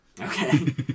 Okay